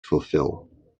fulfill